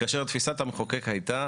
תפיסת המחוקק הייתה